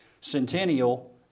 Centennial